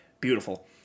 beautiful